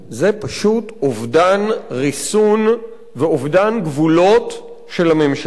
זה פשוט אובדן ריסון ואובדן גבולות של הממשלה.